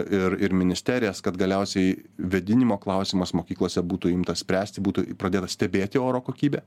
ir ir ministerijas kad galiausiai vėdinimo klausimas mokyklose būtų imtas spręsti būtų pradėta stebėti oro kokybė